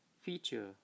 feature